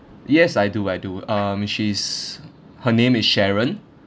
yes I do I do um she's her name is sharon